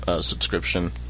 subscription